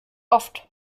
oft